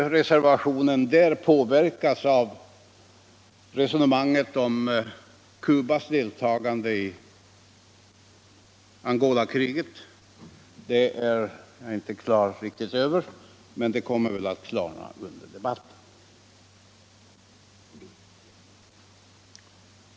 Hur mycket mittenpartiernas resonemang påverkas av Cubas deltagande i Angolakriget är jag inte riktigt på det klara med, men det kommer väl att klarna under debatten.